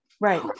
Right